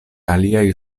aliaj